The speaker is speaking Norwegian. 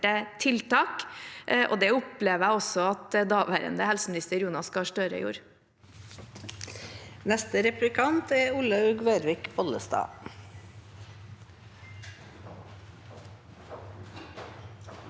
tiltak, og det opplever jeg også at daværende helseminister Jonas Gahr Støre gjorde.